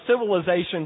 civilization